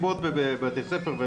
עשו מסיבות בבתי ספר,